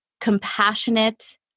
compassionate